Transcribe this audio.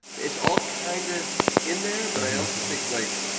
it's all kind of in there. but i also think, like